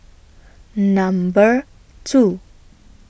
Number two